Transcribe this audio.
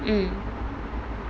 mm